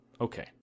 okay